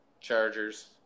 chargers